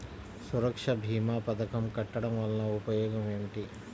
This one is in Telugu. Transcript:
సురక్ష భీమా పథకం కట్టడం వలన ఉపయోగం ఏమిటి?